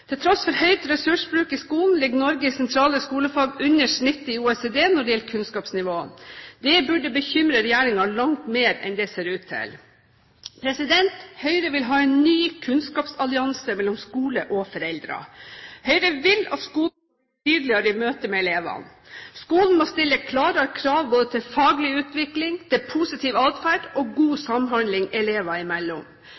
Til tross for høy ressursbruk i skolen ligger Norge i sentrale skolefag under snittet i OECD når det gjelder kunnskapsnivå. Det burde bekymre regjeringen langt mer enn det ser ut til. Høyre vil ha en ny kunnskapsallianse mellom skole og foreldre. Høyre vil at skolen skal bli tydeligere i møte med elevene. Skolen må stille klarere krav både til faglig utvikling, til positiv atferd og god